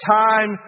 time